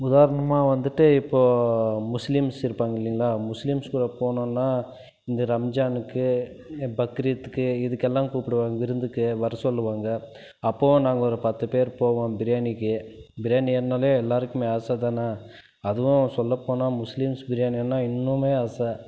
உதாரணமாக வந்துட்டு இப்போது முஸ்லீம்ஸ் இருப்பாங்க இல்லைங்ளா முஸ்லீம்ஸ் கூட போனோன்னால் இந்த ரம்ஜானுக்கு இந்த பக்ரீத்துக்கு இதுக்கெல்லாம் கூப்பிடுவாங்க விருந்துக்கு வர சொல்லுவாங்க அப்போது நாங்கள் ஒரு பத்து பேர் போவோம் பிரியாணிக்கு பிரியாணின்னாலே எல்லாேருக்குமே ஆசை தானே அதுவும் சொல்ல போனால் முஸ்லீம்ஸ் பிரியாணின்னால் இன்னுமே ஆசை